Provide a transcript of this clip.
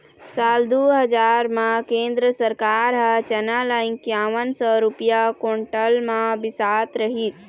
साल दू हजार म केंद्र सरकार ह चना ल इंकावन सौ रूपिया कोंटल म बिसात रहिस